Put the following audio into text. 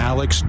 Alex